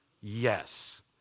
Yes